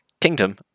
kingdom